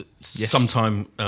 sometime